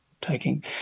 taking